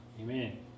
Amen